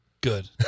Good